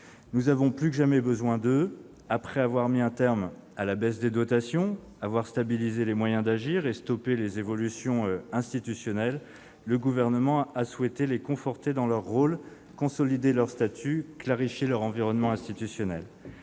Nous avons plus que jamais besoin d'eux. Après avoir mis un terme à la baisse des dotations, stabilisé les moyens d'agir et stoppé les évolutions institutionnelles, le Gouvernement a souhaité les conforter dans leur rôle, consolider leur statut, clarifier leur environnement institutionnel.